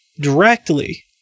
directly